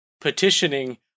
petitioning